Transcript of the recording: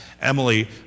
Emily